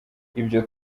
ibyo